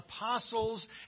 apostles